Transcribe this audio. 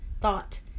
thought